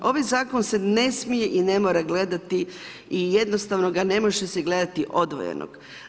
Ovaj zakon se ne smije i ne mora gledati i jednostavno ga se ne može gledati odvojenog.